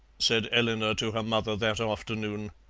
said eleanor to her mother that afternoon.